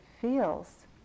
feels